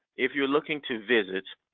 if you're looking to visit,